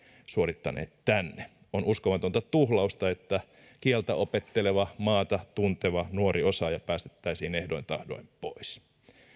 suorittaneet tänne on uskomatonta tuhlausta että kieltä opetteleva maata tunteva nuori osaaja päästettäisiin ehdoin tahdoin pois